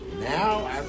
Now